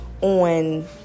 on